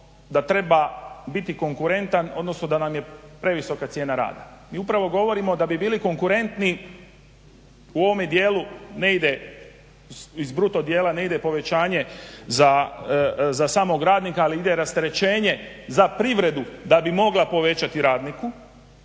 da treba biti konkurentan, odnosno da nam je previsoka cijena rada i upravo govorimo da bi bili konkurentni u ovome dijelu ne ide, iz bruto dijela ne ide povećanje za samog radnika ali ide rasterećenje za privredu da bi mogla povećati radniku.